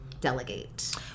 delegate